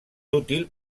útil